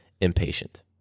impatient